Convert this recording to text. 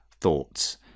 thoughts